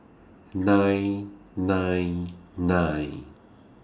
nine nine nine